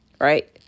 right